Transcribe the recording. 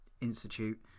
institute